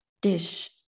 dish